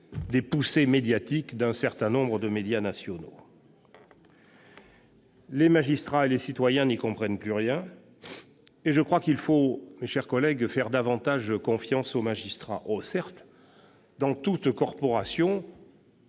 des poussées médiatiques d'un certain nombre de médias nationaux. Les magistrats et les citoyens n'y comprennent plus rien et je crois qu'il faut davantage faire confiance aux magistrats. Certes, dans toute corporation,